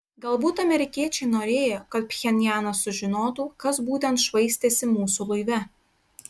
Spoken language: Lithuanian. galbūt amerikiečiai norėjo kad pchenjanas sužinotų kas būtent švaistėsi mūsų laive